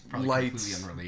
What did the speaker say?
lights